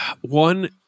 one